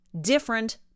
different